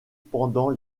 pendant